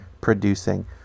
producing